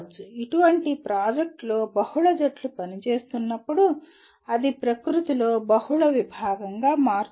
అటువంటి ప్రాజెక్ట్లో బహుళ జట్లు పనిచేస్తున్నప్పుడు అది ప్రకృతిలో బహుళ విభాగంగా మారుతుంది